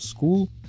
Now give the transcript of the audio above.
School